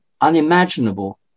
unimaginable